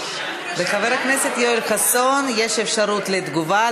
לחבר הכנסת יואל חסון יש אפשרות לתגובה,